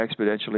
exponentially